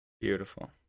Beautiful